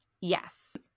Yes